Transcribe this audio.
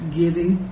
giving